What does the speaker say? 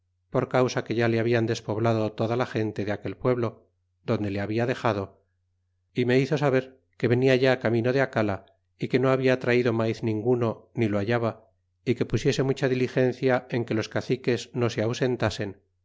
por causa que ya le habian despoblado toda la gente de aquel pueblo donde le habla dexado y me hizo saber que venia ya camino de acala y que no habla traido maiz ninguno ni lo hallaba y que pusiese mucha diligencia en que los caciques no se ausentasen